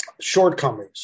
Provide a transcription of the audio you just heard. shortcomings